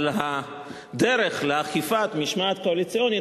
אבל הדרך לאכיפת משמעת קואליציונית,